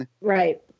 Right